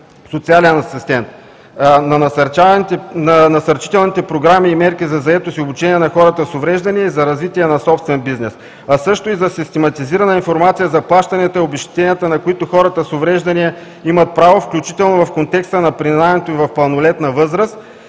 общността, за насърчителните програми и мерки за заетост и обучение на хора с увреждания и за развитието на собствен бизнес, а също и систематизирана информация за плащанията и обезщетенията, на които хората с увреждания имат право, включително в контекста на преминаването им в пълнолетна възраст